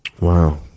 Wow